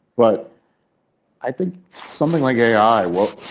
but i think something like ai, well,